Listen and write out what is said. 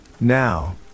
Now